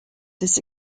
this